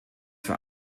für